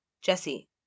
Jesse